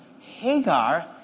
Hagar